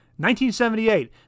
1978